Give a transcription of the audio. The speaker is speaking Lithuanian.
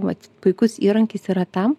vat puikus įrankis yra tam